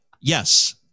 yes